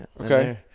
Okay